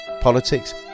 politics